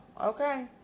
okay